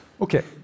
Okay